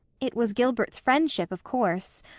it was gilbert's friendship, of course.